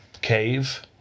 Cave